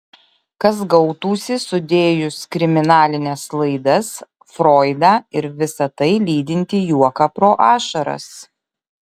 kas gautųsi sudėjus kriminalines laidas froidą ir visa tai lydintį juoką pro ašaras